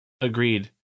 Agreed